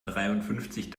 dreiundfünfzig